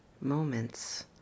moments